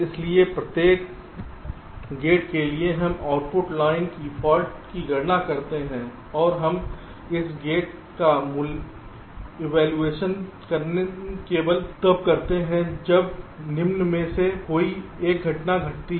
इसलिए प्रत्येक गेट के लिए हम आउटपुट लाइन की फाल्ट लिस्ट की गणना करते हैं और हम इस गेट का इवैल्यूएशन केवल तब करते हैं जब निम्न में से कोई एक घटना घटती है